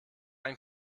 ein